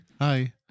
Hi